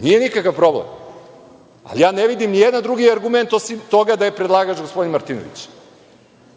Nije nikakav problem. Ja ne vidim nijedan drugi argument, osim toga da je predlagač gospodin Martinović. Ovo